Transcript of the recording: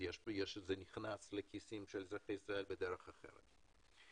אז זה נכנס לכיס של אזרחי ישראל בדרך אחרת.